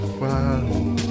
Wow